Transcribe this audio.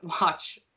watch